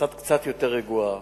שיצאת קצת יותר רגועה.